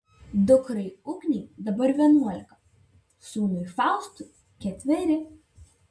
dukrai ugnei dabar vienuolika sūnui faustui ketveri